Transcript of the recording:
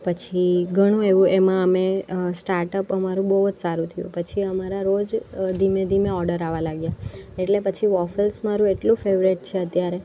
પછી ઘણું એવું એમાં અમે સ્ટાર્ટઅપ અમારું બહુ જ સારું થયું પછી અમારા રોજ ધીમે ધીમે ઓડર આવા લાગ્યા એટલે પછી વોફેલ્સ મારું એટલું ફેવરેટ છે અત્યારે